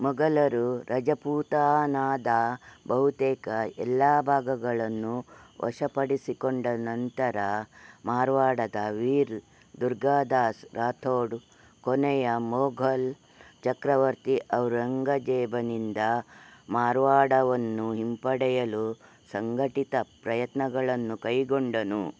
ಮೊಘಲರು ರಜಪೂತನದ ಬಹುತೇಕ ಎಲ್ಲಾ ಭಾಗಗಳನ್ನು ವಶಪಡಿಸಿಕೊಂಡ ನಂತರ ಮಾರ್ವಾಡದ ವೀರ್ ದುರ್ಗಾದಾಸ್ ರಾಥೋಡ್ ಕೊನೆಯ ಮೊಘಲ್ ಚಕ್ರವರ್ತಿ ಔರಂಗಜೇಬನಿಂದ ಮಾರ್ವಾಡವನ್ನು ಹಿಂಪಡೆಯಲು ಸಂಘಟಿತ ಪ್ರಯತ್ನಗಳನ್ನು ಕೈಗೊಂಡನು